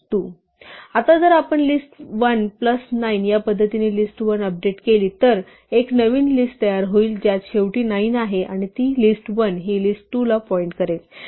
आता जर आपण लिस्ट 1 प्लस 9 यापद्धतीने लिस्ट 1 अपडेट केली तर एक नवीन लिस्ट तयार होईल ज्यात शेवटी 9 आहेत आणि ती लिस्ट1 हि लिस्ट 2 ला पॉईंट करेल